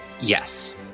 yes